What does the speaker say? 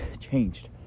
changed